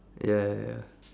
ya ya ya